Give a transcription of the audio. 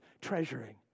treasuring